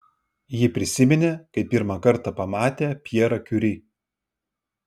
ji prisiminė kaip pirmą kartą pamatė pjerą kiuri